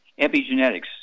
Epigenetics